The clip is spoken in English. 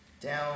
down